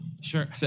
Sure